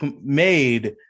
made